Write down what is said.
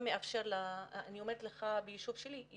ביישוב שלי,